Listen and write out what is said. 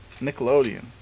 Nickelodeon